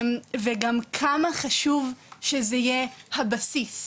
וגם כמה חשוב שזה יהיה הבסיס,